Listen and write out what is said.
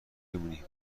بمونی